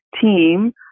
team